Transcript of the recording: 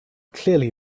clearly